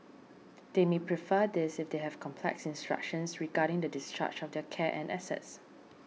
they may prefer this if they have complex instructions regarding the discharge of their care and assets